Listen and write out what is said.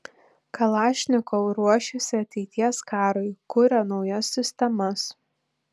kalašnikov ruošiasi ateities karui kuria naujas sistemas